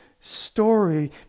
story